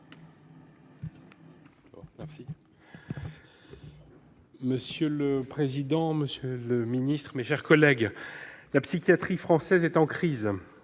Monsieur le président, monsieur le secrétaire d'État, mes chers collègues, la psychiatrie française est en crise.